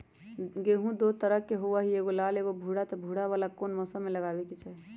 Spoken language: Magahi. गेंहू दो तरह के होअ ली एगो लाल एगो भूरा त भूरा वाला कौन मौसम मे लगाबे के चाहि?